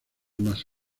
más